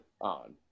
on